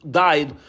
died